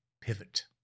pivot